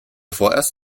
vorerst